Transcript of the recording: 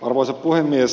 arvoisa puhemies